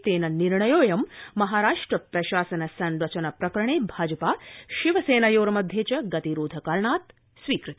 तेन निर्णयोऽयं महाराष्ट्र प्रशासन संरचन प्रकरणे भाजपा शिवसेनयोर्मध्ये च गतिरोध कारणात् स्वीकृत